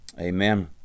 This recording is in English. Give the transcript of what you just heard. Amen